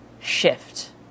shift